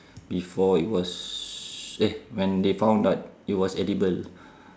before it was eh when they found out it was edible